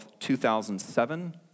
2007